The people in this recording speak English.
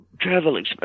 traveling